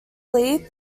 sleep